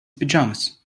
pajamas